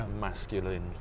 masculine